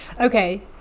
Okay